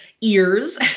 ears